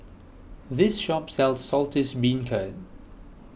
this shop sells Saltish Beancurd